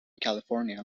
california